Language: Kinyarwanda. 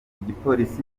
igipolisi